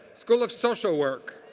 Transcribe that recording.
school of social work.